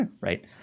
Right